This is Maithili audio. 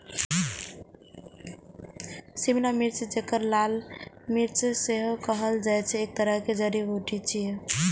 शिमला मिर्च, जेकरा लाल मिर्च सेहो कहल जाइ छै, एक तरहक जड़ी बूटी छियै